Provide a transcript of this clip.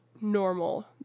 normal